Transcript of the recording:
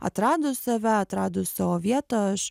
atradus save atradus savo vietą aš